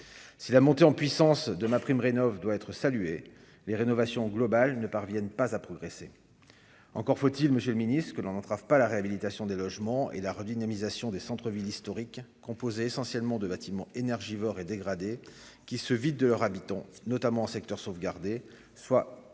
si la montée en puissance de MaPrimeRénov'doit être salué les rénovations globales ne parviennent pas à progresser, encore faut-il Monsieur le Ministre, ce que l'on n'entrave pas la réhabilitation des logements et la redynamisation des centre-ville historique, composée essentiellement de bâtiments énergivores et dégradé qui se vident de leur habitants notamment en secteur sauvegardé, soit plus